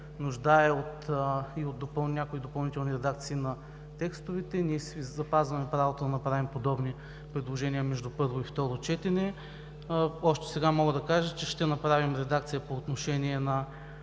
нуждае и от някои допълнителни редакции на текстовете. Ние си запазваме правото да направим подобни предложения между първо и второ четене. Още сега мога да кажа, че ще направим редакция по отношение на